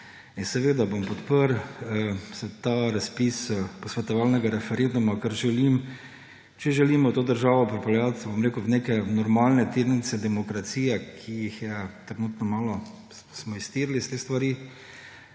Seveda bom podprl ta razpis posvetovalnega referenduma, ker želim, če želimo to državo pripeljati v neke normalne tirnice demokracije, ki jih je trenutno malo, smo iztirili iz te stvari,